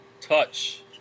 touch